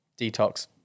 detox